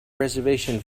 reservation